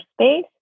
space